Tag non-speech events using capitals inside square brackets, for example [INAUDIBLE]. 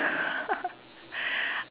[LAUGHS]